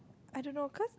I don't know cause